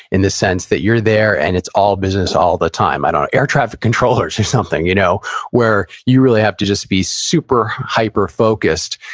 in the sense that you're there, and it's all business all the time, i don't know. air traffic controllers or something. you know where, where, you really have to just be super hyper-focused,